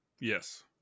Yes